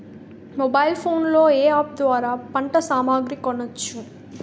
Mobile phone లో ఏ app ద్వారా పంట సామాగ్రి కొనచ్చు?